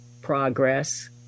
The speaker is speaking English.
progress